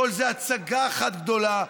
כל זה הצגה אחת גדולה,